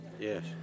Yes